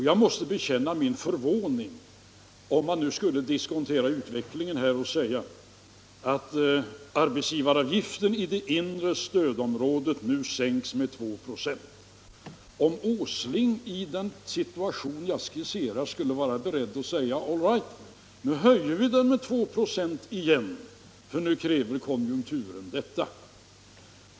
Jag måste bekänna att jag skulle bli förvånad, om herr Åsling vore beredd att diskontera utvecklingen så att han, för den händelse att arbetsgivaravgiften i det inre stödområdet sänks med 2 96 i en situation som jag skisserar, skulle vara beredd att säga: All right, nu höjer vi den med 2 96 igen för nu kräver konjunkturen detta!